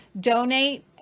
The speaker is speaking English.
donate